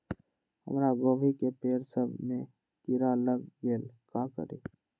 हमरा गोभी के पेड़ सब में किरा लग गेल का करी?